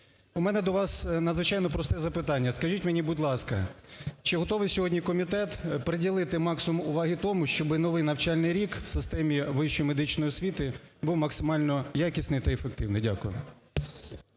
У мене до вас надзвичайно просте запитання. Скажіть мені, будь ласка, чи готовий сьогодні комітет приділити максимум уваги тому, щоб новий навчальний рік в системі вищої медичної освіти був максимально якісний та ефективний? Дякую.